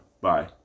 bye